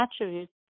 attributes